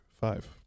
five